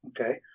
Okay